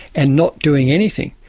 and not doing anything.